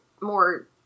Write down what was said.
more